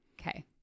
Okay